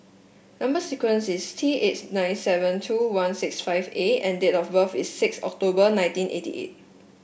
number sequence is T eight nine seven two one six five A and date of birth is six October nineteen eighty eight